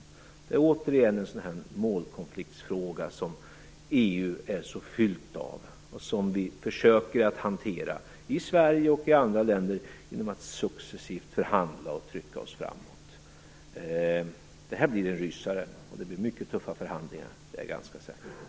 Detta är återigen en sådan här målkonfliktsfråga som EU är så fyllt av och som vi försöker att hantera, i Sverige och i andra länder, genom att successivt förhandla och trycka oss framåt. Det här blir en rysare, och förhandlingarna blir mycket tuffa, det är jag ganska säker på.